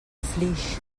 flix